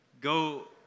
Go